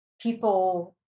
people